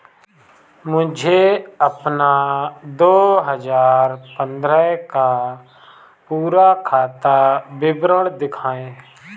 मुझे अपना दो हजार पन्द्रह का पूरा खाता विवरण दिखाएँ?